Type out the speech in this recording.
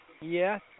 Yes